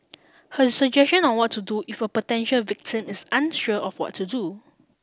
her suggestion on what to do if a potential victim is unsure of what to do